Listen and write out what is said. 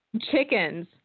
Chickens